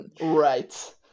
Right